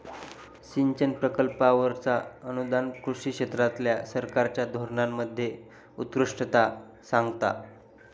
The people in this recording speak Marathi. सिंचन प्रकल्पांवरचा अनुदान कृषी क्षेत्रातल्या सरकारच्या धोरणांमध्ये उत्कृष्टता सांगता